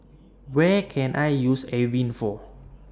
What Can I use Avene For